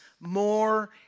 more